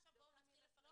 עכשיו בואו נתחיל לפרט.